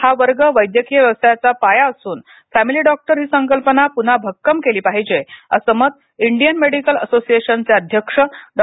हा वर्ग वैद्यकीय व्यवसायाचा पाया असून फॅमिली डॉक्टर ही संकल्पना पुन्हा भक्कम केली पाहिजे अस मत इंडियन मेडिकल असोसिएशनचे आयएमए अध्यक्ष डॉ